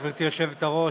גברתי היושבת-ראש,